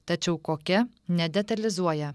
tačiau kokia nedetalizuoja